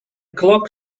clock